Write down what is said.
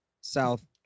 South